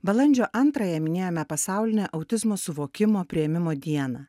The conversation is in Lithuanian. balandžio antrąją minėjome pasaulinę autizmo suvokimo priėmimo dieną